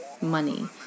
money